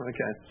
Okay